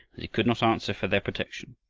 he could not answer for their protection.